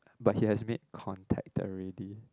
but he made contact already